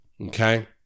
Okay